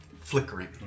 flickering